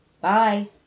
bye